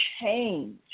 change